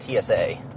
TSA